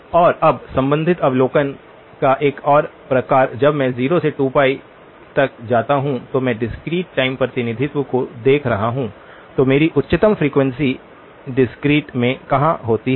और अब संबंधित अवलोकन का एक और प्रकार जब मैं 0 से 2 तक जाता हूं तो मैं डिस्क्रीट टाइम प्रतिनिधित्व को देख रहा हूं तो मेरी उच्चतम फ्रीक्वेंसी डिस्क्रीट में कहां होती है